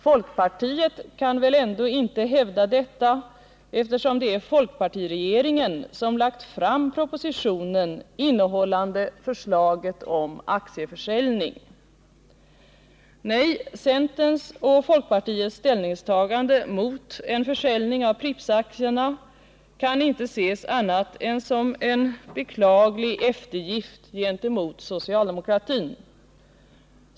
Folkpartiet kan väl ändå inte hävda detta, eftersom det är folkpartiregeringen som lagt fram propositionen, innehållande förslaget om aktieförsäljning. Nej, centerns och folkpartiets ställningstagande mot en försäljning av Prippsaktierna kan inte ses annat än som en beklaglig eftergift gentemot socialdemokratin.